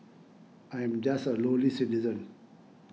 I am just a lowly citizen